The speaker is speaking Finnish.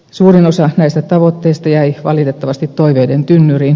suurin osa näistä tavoitteista jäi valitettavasti toiveiden tynnyriin